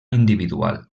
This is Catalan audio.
individual